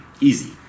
Easy